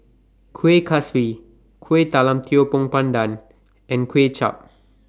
Kueh Kaswi Kuih Talam Tepong Pandan and Kuay Chap